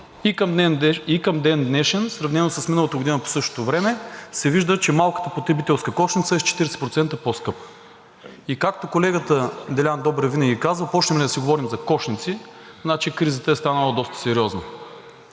И към ден днешен, сравнено с миналата година по същото време, се вижда, че малката потребителска кошница е с 40% по-скъпа. Както колегата Делян Добрев винаги казва: започнем ли да си говорим за кошници, значи кризата е станала доста сериозна.